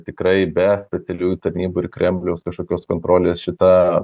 tikrai be specialiųjų tarnybų ir kremliaus kažkokios kontrolės šita